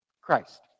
Christ